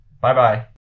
Bye-bye